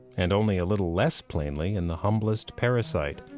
and only a little less plainly in the humblest parasite,